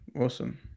Awesome